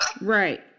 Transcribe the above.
Right